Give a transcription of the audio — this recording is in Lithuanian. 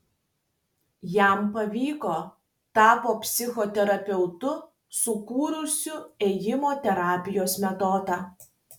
jam pavyko tapo psichoterapeutu sukūrusiu ėjimo terapijos metodą